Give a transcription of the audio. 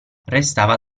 restava